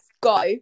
go